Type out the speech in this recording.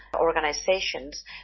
organizations